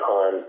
on